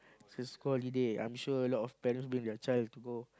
it's a school holiday I'm sure a lot of parents bring their child to go